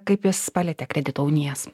kaip jis palietė kredito unijas